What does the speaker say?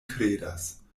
kredas